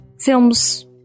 films